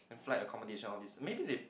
then flight accommodation all these maybe they